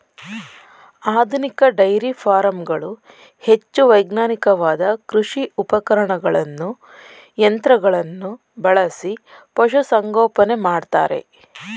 ಆಧುನಿಕ ಡೈರಿ ಫಾರಂಗಳು ಹೆಚ್ಚು ವೈಜ್ಞಾನಿಕವಾದ ಕೃಷಿ ಉಪಕರಣಗಳನ್ನು ಯಂತ್ರಗಳನ್ನು ಬಳಸಿ ಪಶುಸಂಗೋಪನೆ ಮಾಡ್ತರೆ